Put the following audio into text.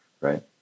right